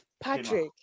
Patrick